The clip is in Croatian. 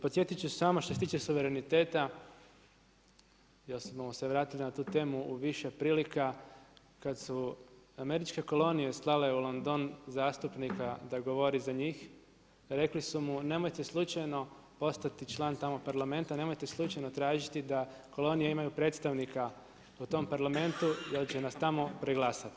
Podsjetit ću samo što se tiče suvereniteta još ćemo se vratiti na tu temu u više prilika kad su američke kolonije slale u London zastupnika da govori za njih, rekli su mu nemojte slučajno postati član tamo Parlamenta, nemojte slučajno tražiti da kolonije imaju predstavnika u tom Parlamentu jer će nas tamo preglasati.